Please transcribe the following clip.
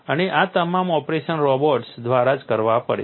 અને આ તમામ ઓપરેશન રોબોટ્સ દ્વારા જ કરવા પડે છે